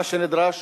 מה שנדרש,